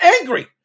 angry